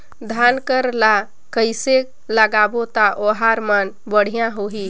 धान कर ला कइसे लगाबो ता ओहार मान बेडिया होही?